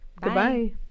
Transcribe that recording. Goodbye